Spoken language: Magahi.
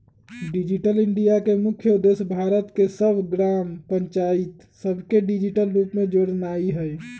डिजिटल इंडिया के मुख्य उद्देश्य भारत के सभ ग्राम पञ्चाइत सभके डिजिटल रूप से जोड़नाइ हइ